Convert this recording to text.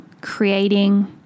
creating